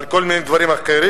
על כל מיני דברים אחרים.